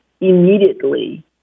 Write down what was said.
immediately